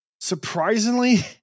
Surprisingly